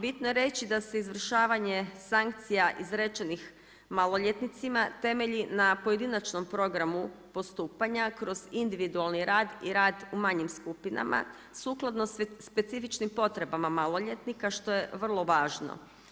Bitno je reći da se izvršavanje sankcija izrečenih maloljetnicima temelji na pojedinačnom programu postupanja, kroz individualni rad i rad u manjim skupinama sukladno specifičnim potrebama maloljetnika što je vrlo važno.